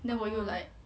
then 我又 like